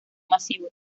masivos